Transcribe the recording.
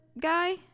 Guy